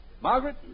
Margaret